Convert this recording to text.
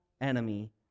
enemy